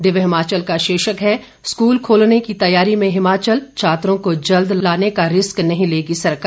दिव्य हिमाचल का शीर्षक है स्कूल खोलने की तैयारी में हिमाचल छात्रों को जल्द लाने का रिस्क नहीं लेगी सरकार